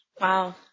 Wow